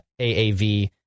AAV